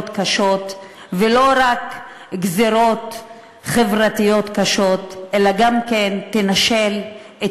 קשות ולא רק גזירות חברתיות קשות אלא גם תנשל את